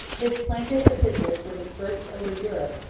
his plaintive epistles were dispersed over europe,